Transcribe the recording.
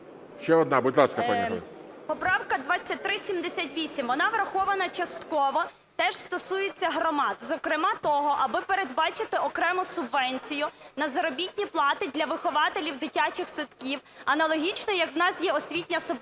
11:24:57 ВАСИЛЬЧЕНКО Г.І. Поправка 2378, вона врахована частково. Теж стосується громад, зокрема того, аби передбачити окрему субвенцію на заробітні плати для вихователів дитячих садків аналогічно як у нас є освітня субвенція